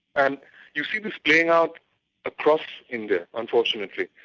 and you see this playing out across india unfortunately.